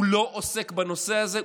הוא לא עוסק בנושא הזה,